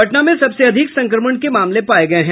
पटना में सबसे अधिक संक्रमण के मामले पाये गये हैं